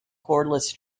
cordless